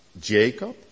Jacob